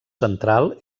central